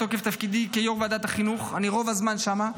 מתוקף תפקידי כיו"ר ועדת החינוך אני רוב הזמן שם.